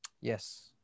Yes